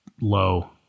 low